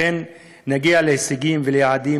נגיע להישגים וליעדים